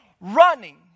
running